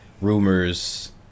rumors